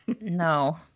No